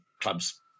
clubs